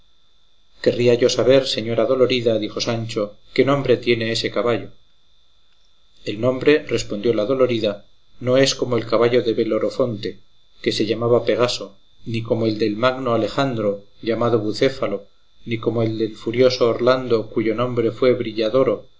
querría yo saber señora dolorida dijo sancho qué nombre tiene ese caballo el nombre respondió la dolorida no es como el caballo de belorofonte que se llamaba pegaso ni como el del magno alejandro llamado bucéfalo ni como el del furioso orlando cuyo nombre fue brilladoro